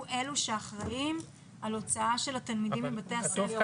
אלו שאחראים על הוצאה של התלמידים מבתי הספר.